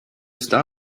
star